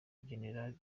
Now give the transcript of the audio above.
generali